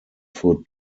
foot